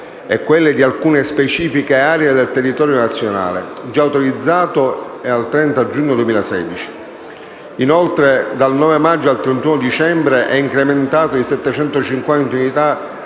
e ad alcune specifiche aree del territorio nazionale, impiego già autorizzato fino al 30 giugno 2016. Inoltre, dal 9 maggio al 31 dicembre è incrementato di 750 unità